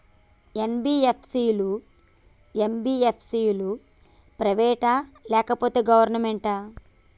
NBFC లు, MBFC లు private ఆ లేకపోతే గవర్నమెంటా?